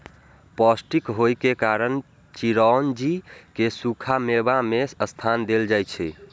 पौष्टिक होइ के कारण चिरौंजी कें सूखा मेवा मे स्थान देल जाइ छै